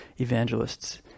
evangelists